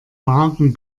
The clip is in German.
magen